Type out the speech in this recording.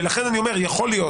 ויכול להיות